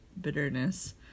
bitterness